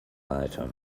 item